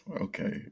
okay